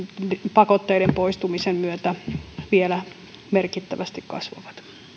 pakotteiden poistumisen myötä vielä merkittävästi kasvavat